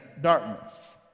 darkness